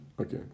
Okay